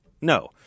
No